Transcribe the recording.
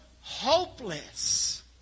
hopeless